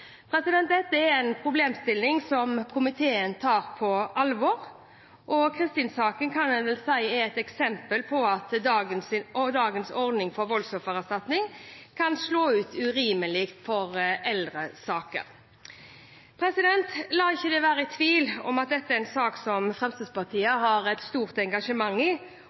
Dette er en problemstilling som komiteen tar på alvor. Kristin-saken kan en vel si er et eksempel på at dagens ordning for voldsoffererstatning kan slå urimelig ut for eldre saker. La det ikke være tvil om at dette er en sak som Fremskrittspartiet har et stort engasjement i.